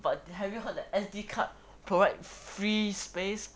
but have you heard the S_D card provide free space